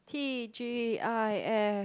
T_G_I_F